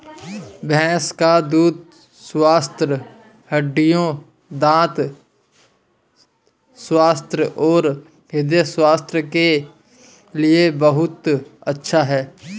भैंस का दूध स्वस्थ हड्डियों, दंत स्वास्थ्य और हृदय स्वास्थ्य के लिए बहुत अच्छा है